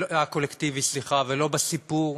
סליחה, הקולקטיבי, ולא בסיפור